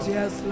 Yes